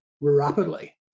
rapidly